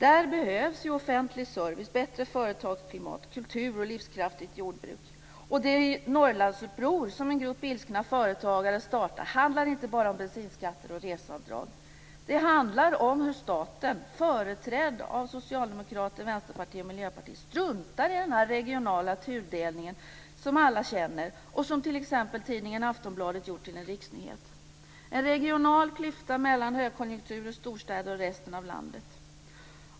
Där behövs ju offentlig service, bättre företagsklimat, kultur och ett livskraftigt jordbruk. Det Norrlandsuppror som en grupp ilskna företagare startat handlar inte bara om bensinskatt och reseavdrag, utan det handlar också om hur staten - företrädd av Socialdemokraterna, Vänsterpartiet och Miljöpartiet - struntar i den regionala tudelning som alla känner och som t.ex. tidningen Aftonbladet gjort till en riksnyhet.